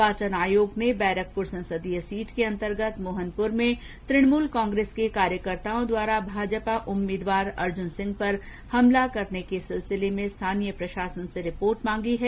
निर्वाचन आयोग ने बैरकपुर संसदीय सीट के अन्तर्गत मोहनपुर में तृणमूल कांग्रेस के कार्यकर्ताओं द्वारा भाजपा उम्मीदवार अर्जुन सिंह पर हमला करने के सिलसिले में स्थानीय प्रशासन से रिपोर्ट मांगी है